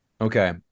Okay